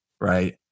Right